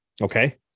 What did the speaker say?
okay